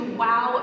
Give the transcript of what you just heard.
wow